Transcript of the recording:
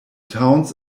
towns